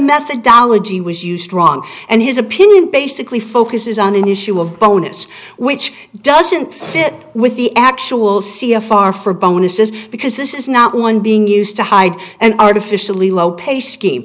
methodology was used wrong and his opinion basically focuses on an issue of bonus which doesn't fit with the actual cea far for bonuses because this is not one being used to hide an artificially low pa